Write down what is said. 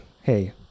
hey